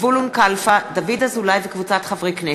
זבולון קלפה ודוד אזולאי וקבוצת חברי הכנסת.